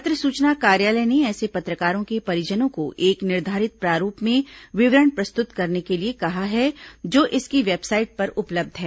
पत्र सूचना कार्यालय ने ऐसे पत्रकारों के परिजनों को एक निर्धारित प्रारूप में विवरण प्रस्तुत करने के लिए कहा है जो इसकी वेबसाइट पर उपलब्ध है